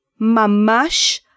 mamash